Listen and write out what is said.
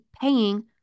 paying